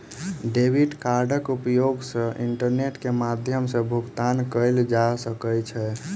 debit कार्डक उपयोग सॅ इंटरनेट के माध्यम सॅ भुगतान कयल जा सकै छै